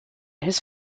his